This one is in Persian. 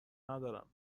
ندارم